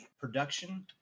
production